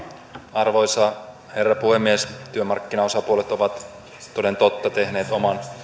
arvoisa herra puhemies työmarkkinaosapuolet ovat toden totta tehneet oman